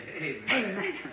Amen